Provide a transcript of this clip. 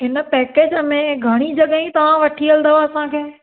हिन पैकेज में घणी जॻहियूं तव्हां वठी हलंदव असांखे